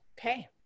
Okay